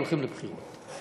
הולכים לבחירות.